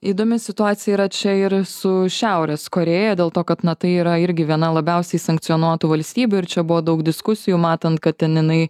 įdomi situacija yra čia ir su šiaurės korėja dėl to kad na tai yra irgi viena labiausiai sankcionuotų valstybių ir čia buvo daug diskusijų matant kad ten jinai